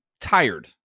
tired